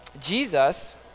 Jesus